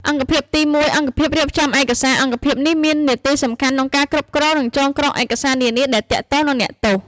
អង្គភាពទី ១ អង្គភាពរៀបចំឯកសារ អង្គភាពនេះមាននាទីសំខាន់ក្នុងការគ្រប់គ្រង និងចងក្រងឯកសារនានាដែលទាក់ទងនឹងអ្នកទោស។